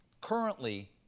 currently